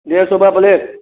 डेढ़ सौ रुपये प्लेट